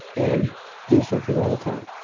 and do something all the time?